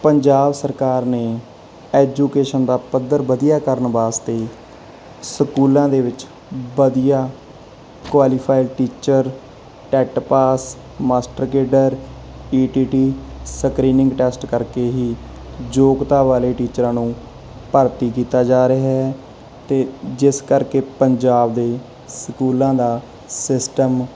ਪੰਜਾਬ ਸਰਕਾਰ ਨੇ ਐਜੂਕੇਸ਼ਨ ਦਾ ਪੱਧਰ ਵਧੀਆ ਕਰਨ ਵਾਸਤੇ ਸਕੂਲਾਂ ਦੇ ਵਿੱਚ ਵਧੀਆ qualify teacher TET pass master cadre E T T screening test ਕਰਕੇ ਹੀ ਯੋਗਤਾ ਵਾਲੇ ਟੀਚਰਾਂ ਨੂੰ ਭਰਤੀ ਕੀਤਾ ਜਾ ਰਿਹਾ ਹੈ ਅਤੇ ਜਿਸ ਕਰਕੇ ਪੰਜਾਬ ਦੇ ਸਕੂਲਾਂ ਦਾ ਸਿਸਟਮ